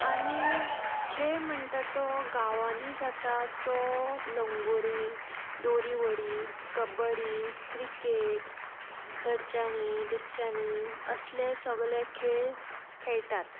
आनी खेळ म्हणटा तो गांवांनी जाता तो लंगोरी दोरी ओडी कबडी क्रिकेट धरच्यांनी लिपच्यांनी असले सगले खेळ खेयटात